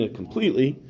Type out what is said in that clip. completely